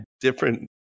different